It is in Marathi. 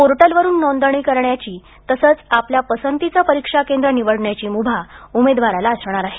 पोर्टलवरून नोंदणी केरण्याची तसंच आपल्या पसंतीचं परीक्षा केंद्र निवडण्याची मुभा उमेदवाराला असणार आहे